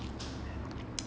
been to a place before